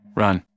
run